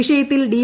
വിഷയത്തിൽ ഡി